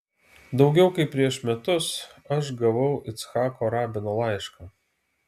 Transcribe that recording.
daugiau kaip prieš metus aš gavau icchako rabino laišką